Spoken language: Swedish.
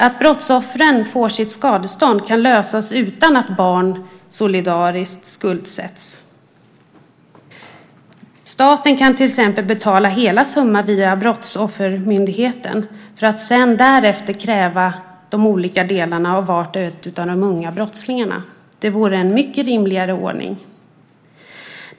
Att brottsoffren får sitt skadestånd kan lösas utan att barn solidariskt skuldsätts. Staten kan till exempel betala hela summan via Brottsoffermyndigheten för att därefter kräva de olika delarna av var och en av de unga brottslingarna. Det vore en mycket rimligare ordning.